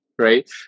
Right